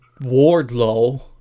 Wardlow